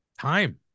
time